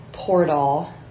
portal